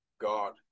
God